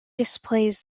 displays